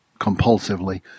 compulsively